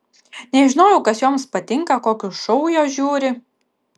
nežinojau kas joms patinka kokius šou jos žiūri